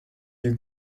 you